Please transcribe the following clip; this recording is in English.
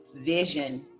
vision